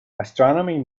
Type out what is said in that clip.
astronomy